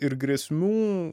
ir grėsmių